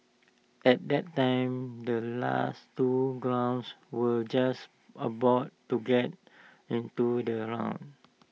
at that time the last two grounds were just about to get onto the round